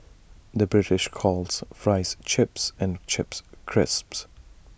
the British calls Fries Chips and Chips Crisps